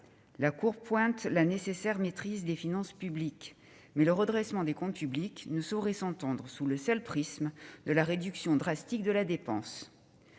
met en avant la nécessaire maîtrise des finances publiques, mais le redressement des comptes publics ne saurait s'entendre sous le seul prisme de la réduction drastique de la dépense.